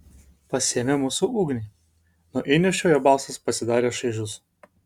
pasiėmė mūsų ugnį nuo įniršio jo balsas pasidarė šaižus